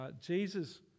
Jesus